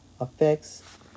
Affects